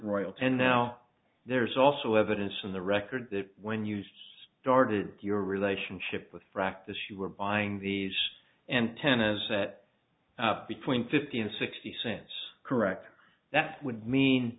royalty and now there's also evidence from the record that when used started your relationship with practice you were buying these and ten as that up between fifty and sixty cents correct that would mean